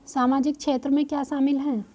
सामाजिक क्षेत्र में क्या शामिल है?